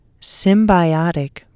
symbiotic